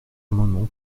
amendement